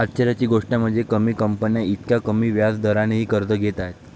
आश्चर्याची गोष्ट म्हणजे, कमी कंपन्या इतक्या कमी व्याज दरानेही कर्ज घेत आहेत